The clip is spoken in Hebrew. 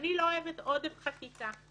אני לא אוהבת עודף חקיקה.